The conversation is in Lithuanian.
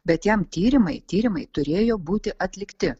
bet jam tyrimai tyrimai turėjo būti atlikti